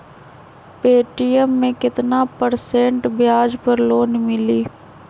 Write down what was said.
Paytm मे केतना percent ब्याज पर लोन मिली?